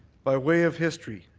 by way of history,